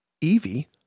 Evie